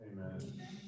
Amen